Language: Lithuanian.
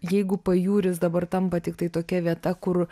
jeigu pajūris dabar tampa tiktai tokia vieta kur